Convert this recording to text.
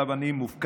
שעליו אני ממונה,